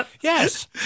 Yes